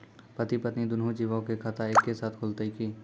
पति पत्नी दुनहु जीबो के खाता एक्के साथै खुलते की?